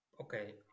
Okay